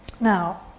Now